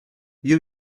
you